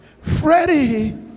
freddie